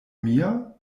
mia